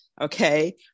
okay